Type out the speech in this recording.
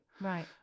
right